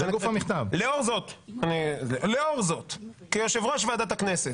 "לאור זאת, כיושב-ראש ועדת הכנסת,